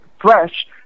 fresh